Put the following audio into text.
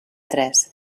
tres